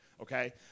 okay